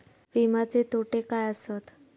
विमाचे तोटे काय आसत?